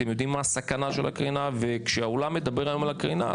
אתם יודעים מה הסכנה של הקרינה וכשהעולם מדבר היום על הקרינה,